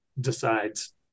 decides